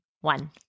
one